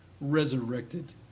resurrected